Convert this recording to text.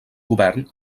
govern